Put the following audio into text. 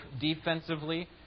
defensively